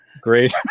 great